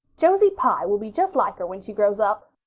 josie pye will be just like her when she grows up,